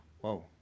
Whoa